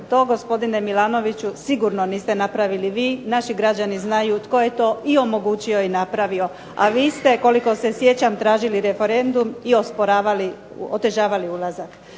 To gospodine Milanoviću sigurno niste napravili vi. Naši građani znaju tko je to i omogućio i napravio, a vi ste koliko se sjećam tražili referendum i osporavali,